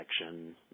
section